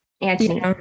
Anthony